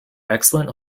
excellent